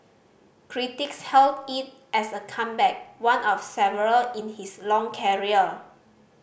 critics hailed it as a comeback one of several in his long career